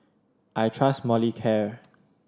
I trust Molicare